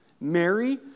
Mary